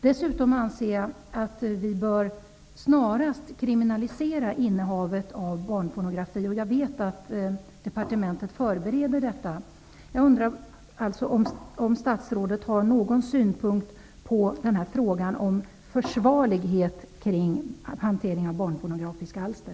Dessutom anser jag att man snarast bör kriminalisera innehavet av barnpornografi -- jag vet att departementet förbereder ett sådant förslag. Jag undrar om statsrådet har någon synpunkt på frågan om försvarlighet kring hantering av barnpornografiskt alster.